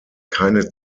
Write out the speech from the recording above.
keine